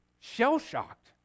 shell-shocked